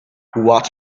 what